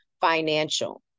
financial